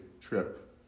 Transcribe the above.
trip